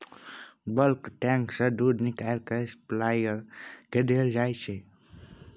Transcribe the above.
bulk tank सँ दुध निकालि केँ सप्लायर केँ देल जाइत छै